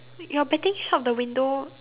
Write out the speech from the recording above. your baking shop the window